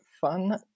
fun